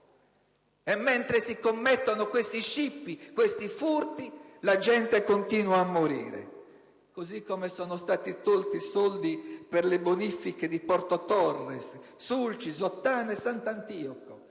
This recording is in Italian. Mentre si commettono questi scippi e furti la gente continua a morire. Altri soldi sono stati tolti per le modifiche di Porto Torres, Sulcis, Ottana e Sant'Antioco,